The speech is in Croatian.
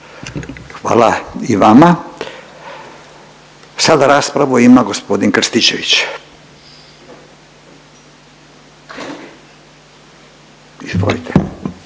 Hvala i vama. Sada raspravu ima gospodin Krstičević. Izvolite.